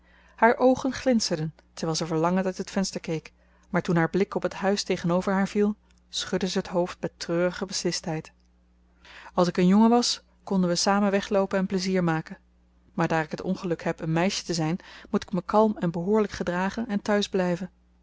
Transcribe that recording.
haar oogen glinsterden terwijl ze verlangend uit het venster keek maar toen haar blik op het huis tegenover haar viel schudde ze het hoofd met treurige beslistheid als ik een jongen was konden we samen wegloopen en plezier maken maar daar ik het ongeluk heb een meisje te zijn moet ik me kalm en behoorlijk gedragen en thuis blijven